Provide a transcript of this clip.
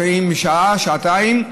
לפעמים שעה-שעתיים,